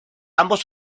ambos